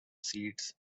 seeds